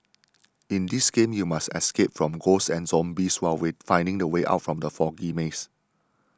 in this game you must escape from ghosts and zombies while finding the way out from the foggy maze